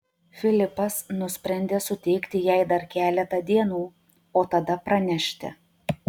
filipas nusprendė suteikti jai dar keletą dienų o tada pranešti